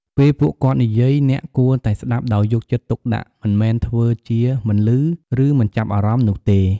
ពេលពួកគាត់និយាយ អ្នកគួរតែស្ដាប់ដោយយកចិត្តទុកដាក់ មិនមែនធ្វើជាមិនឮ ឬមិនចាប់អារម្មណ៍នោះទេ។